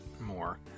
more